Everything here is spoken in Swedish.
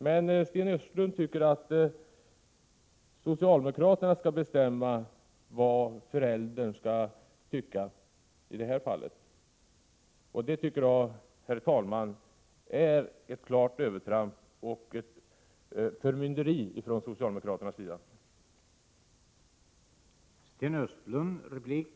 Men Sten Östlund tycker att socialdemokraterna skall bestämma, i det här fallet vad föräldern skall tycka. Det tycker jag, herr talman, är ett klart övertramp och ett förmynderi från socialdemokraternas sida.